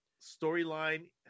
storyline